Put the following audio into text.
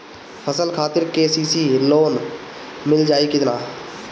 फसल खातिर के.सी.सी लोना मील जाई किना?